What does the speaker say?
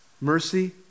mercy